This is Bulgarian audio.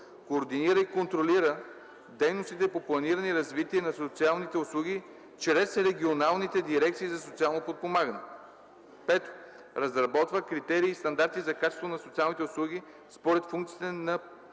координира и контролира дейностите по планиране и развитие на социалните услуги чрез регионалните дирекции за социално подпомагане; 5. разработва критерии и стандарти за качество на социалните услуги според функциите на